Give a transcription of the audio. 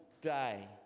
day